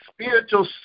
spiritual